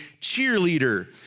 cheerleader